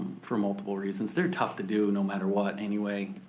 for multiple reasons. they're tough to do no matter what anyway.